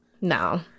No